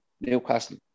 Newcastle